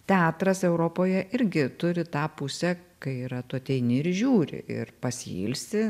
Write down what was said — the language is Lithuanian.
teatras europoje irgi turi tą pusę kai yra tu ateini ir žiūri ir pasiilsi